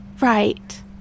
Right